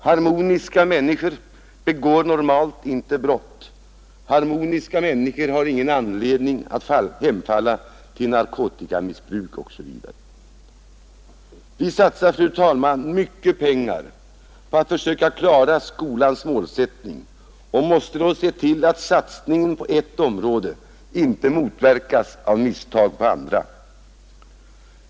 Harmoniska människor begår normalt inte brott. Harmoniska människor har ingen anledning att hemfalla åt narkotikamissbruk osv. Vi satsar mycket pengar på att försöka klara skolans målsättning och måste då se till att satsningen på ett område inte motverkas av misstag på andra områden.